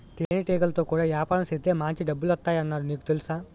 తేనెటీగలతో కూడా యాపారం సేత్తే మాంచి డబ్బులొత్తాయ్ అన్నారు నీకు తెలుసా?